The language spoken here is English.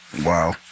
Wow